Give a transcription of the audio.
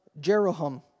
Jeroham